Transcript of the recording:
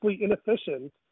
inefficient